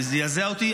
זה זעזע אותי.